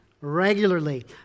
Regularly